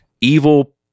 evil